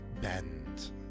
bend